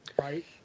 Right